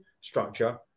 structure